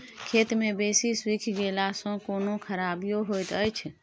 खेत मे बेसी सुइख गेला सॅ कोनो खराबीयो होयत अछि?